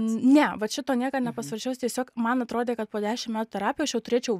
ne vat šito niekad nepasvarsčiau tiesiog man atrodė kad po dešim metų terapijos aš jau turėčiau